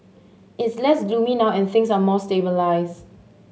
it's less gloomy now and things are more stabilised